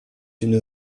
une